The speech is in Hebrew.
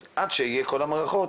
אז עד שיהיו כל המערכות,